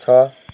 छ